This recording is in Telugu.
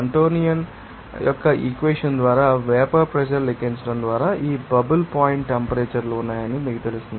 ఆంటోయిన్ యొక్క ఈక్వెషన్ ద్వారా వేపర్ ప్రెషర్ లెక్కించడం ద్వారా బబుల్ పాయింట్ టెంపరేచర్ లు ఉన్నాయని మీకు తెలుసు